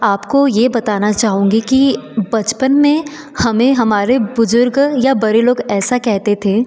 आपको यह बताना चाहूँगी की बचपन में हमें हमारे बुजुर्ग या बड़े लोग ऐसा कहते थे